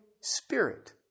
Spirit